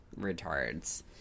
retards